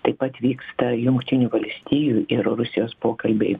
taip pat vyksta jungtinių valstijų ir rusijos pokalbiai